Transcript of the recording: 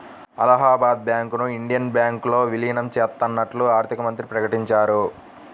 అలహాబాద్ బ్యాంకును ఇండియన్ బ్యాంకులో విలీనం చేత్తన్నట్లు ఆర్థికమంత్రి ప్రకటించారు